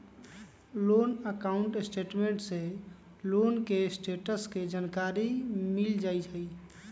loan account statement से loan के status के जानकारी मिल जाइ हइ